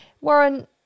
Warren